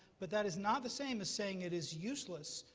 but that is not the same as saying it is useless.